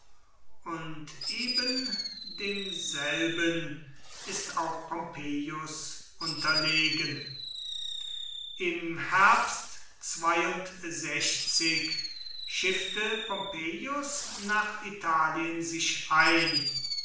und eben demselben ist auch pompeius unterlegen im herbst schiffte pompeius nach italien sich ein